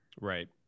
Right